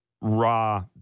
raw